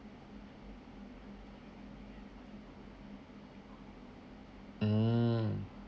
mm